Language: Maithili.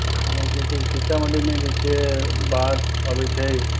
और जे छै सीतामढी मे जे छै बाढ़ अबै छै